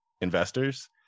investors